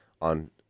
on